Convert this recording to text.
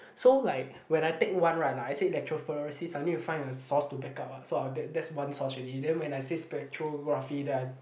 so like when I take one right like I said electrophoresis I need to find a source to back up what so that that's one source already then when I say spectrography then